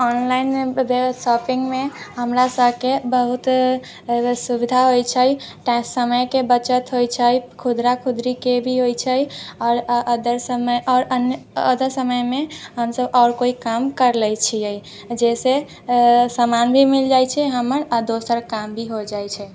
online शॉपिङ्गमे हमरा सबके बहुत एहिमे सुविधा होइ छै तेँ समयके बचत होइ छै खुदरा खुदरीके भी होइ छै आओर अदर समय आओर अन्य ओतेक समयमे हमसब आओर कोइ काम करि लै छिए जइसे समान भी मिल जाइ छै हमर आओर दोसर काम भी हो जाइ छै